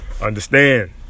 understand